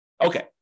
Okay